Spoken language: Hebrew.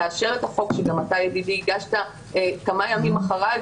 תאשר את החוק שגם אתה ידידי הגשת כמה ימים אחריי,